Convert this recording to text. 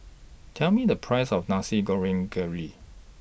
Tell Me The Price of Nasi Goreng Kerang